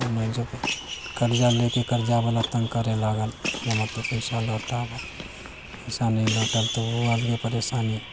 ओना जब कर्जा लेकऽ कर्जा बला तंग करै लागल कि हमर तों पैसा लौटाब किसान नहि लौटाइल तऽ ओ अलगे परेशानी